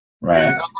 Right